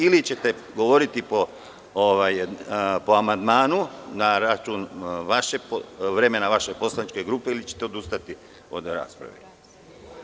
Ili ćete govoriti po amandmanu, na račun vremena vaše poslaničke grupe, ili ćete odustati od rasprave?